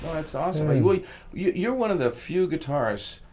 that's awesome. well you're one of the few guitarists,